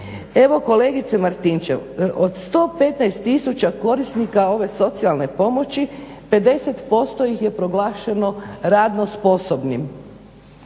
Evo kolegice Martinčev od 115 tisuća korisnika ove socijalne pomoći 50% ih je proglašeno radno sposobnim.